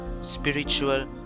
spiritual